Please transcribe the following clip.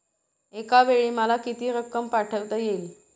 एकावेळी मला किती रक्कम पाठविता येईल?